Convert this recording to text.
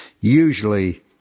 usually